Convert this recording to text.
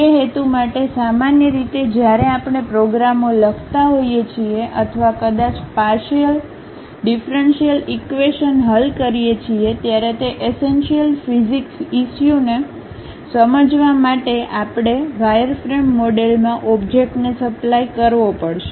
તે હેતુ માટે સામાન્ય રીતે જ્યારે આપણે પ્રોગ્રામો લખતા હોઈએ છીએ અથવા કદાચ પાર્શિયલ ડીફરનશીઅલ ઈક્વેશન હલ કરીએ છીએ ત્યારે તે એસેન્શિયલ ફિઝિક્સ ઇસ્યુ ને સમજવા માટે આપણે વાયરફ્રેમ મોડેલમાં ઓબ્જેક્ટને સપ્લાય કરવો પડશે